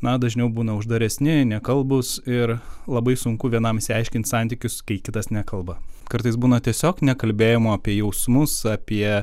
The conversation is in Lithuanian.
na dažniau būna uždaresni nekalbūs ir labai sunku vienam išsiaiškint santykius kai kitas nekalba kartais būna tiesiog nekalbėjimo apie jausmus apie